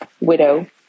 widow